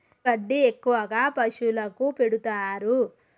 ఎండు గడ్డి ఎక్కువగా పశువులకు పెడుతారు